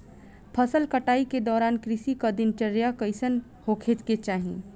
फसल कटाई के दौरान किसान क दिनचर्या कईसन होखे के चाही?